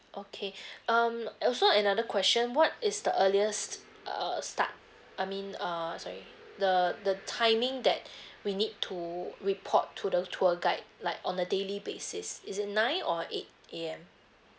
okay um also another question what is the earliest err start I mean err sorry the the timing that we need to report to the tour guide like on a daily basis is it nine or eight A_M